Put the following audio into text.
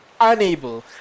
unable